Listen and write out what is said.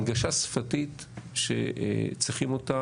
הנגשה שפתית שצריכים אותה,